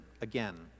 again